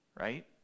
right